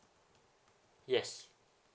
yes